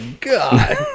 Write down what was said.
God